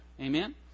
amen